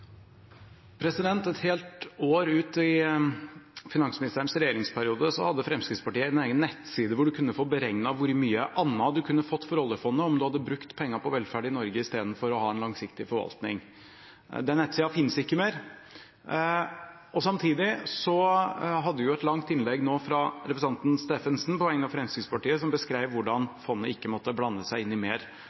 Et helt år ut i finansministerens regjeringsperiode hadde Fremskrittspartiet en egen nettside hvor man kunne få beregnet hvor mye annet en kunne fått for oljefondet om en hadde brukt pengene på velferd i Norge i stedet for å ha en langsiktig forvaltning. Den nettsida finnes ikke mer. Samtidig hørte vi nå et langt innlegg fra representanten Steffensen på vegne av Fremskrittspartiet som beskrev hvordan fondet ikke måtte blande seg inn i mer